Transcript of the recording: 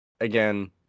again